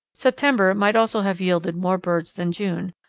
september might also have yielded more birds than june,